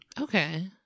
okay